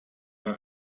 bei